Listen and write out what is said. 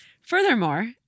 Furthermore